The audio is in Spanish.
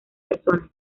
personas